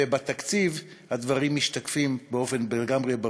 ובתקציב הדברים משתקפים באופן לגמרי ברור?